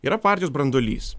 yra partijos branduolys